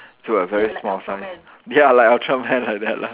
to a very small size ya like ultraman like that lah